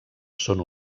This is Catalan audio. són